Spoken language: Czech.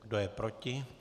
Kdo je proti?